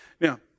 Now